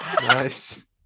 Nice